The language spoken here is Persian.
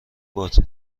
باتری